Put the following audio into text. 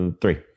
Three